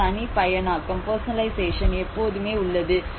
ஒரு தனிப்பயனாக்கம் எப்போதுமே உள்ளது